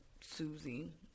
Susie